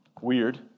weird